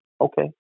Okay